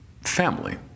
family